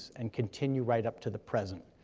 and continue right up to the present.